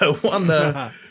one